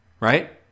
Right